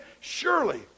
Surely